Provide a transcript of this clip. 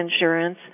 insurance